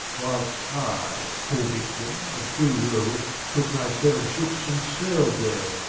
whilst i, poor victim, of free will took my seven ships and sailed there,